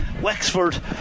Wexford